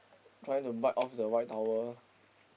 trying to bite off the white towel